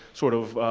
sort of,